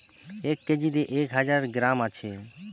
এক কেজিতে এক হাজার গ্রাম আছে